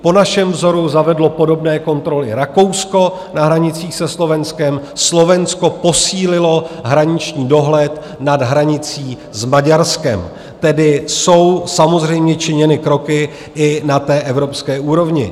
Po našem vzoru zavedlo podobné kontroly Rakousko na hranicích se Slovenskem, Slovensko posílilo hraniční dohled nad hranicí s Maďarskem, tedy jsou samozřejmě činěny kroky i na evropské úrovni.